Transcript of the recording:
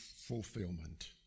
fulfillment